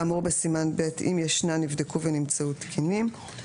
כאמור בסימן ב', אם ישנן, נבדקו ונמצאו תקינים.